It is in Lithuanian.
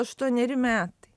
aštuoneri metai